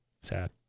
sad